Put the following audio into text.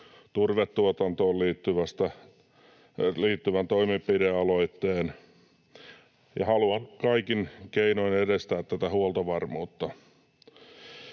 turvetuotantoon liittyvään toimenpide-aloitteeseen, ja haluan kaikin keinoin edistää huoltovarmuutta.